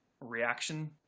reaction